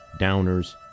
downers